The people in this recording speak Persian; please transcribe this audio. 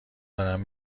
دارن